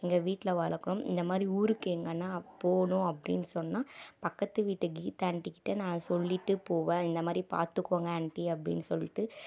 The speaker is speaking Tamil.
எங்கள் வீட்டில் வளர்க்றோம் இந்த மாதிரி ஊருக்கு எங்கேனா போகணும் அப்படினு சொன்னால் பக்கத்து வீட்டு கீத்தா ஆண்ட்டி கிட்டே நான் சொல்லிகிட்டு போவேன் இந்த மாதிரி பார்த்துக்கோங்க ஆண்ட்டி அப்படின்னு சொல்லிட்டு